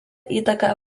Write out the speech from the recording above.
įtaką